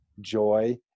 joy